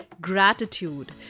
gratitude